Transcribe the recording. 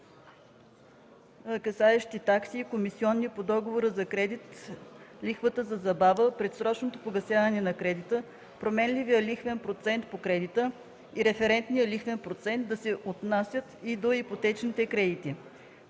касаещи такси и комисионни по договора за кредит, лихвата за забава, предсрочното погасяване на кредита, променливия лихвен процент по кредита и референтния лихвен процент да се отнасят и до ипотечните кредити.